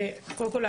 קודם כל,